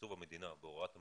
בתקצוב המדינה, בהוראת המדינה,